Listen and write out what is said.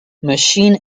machine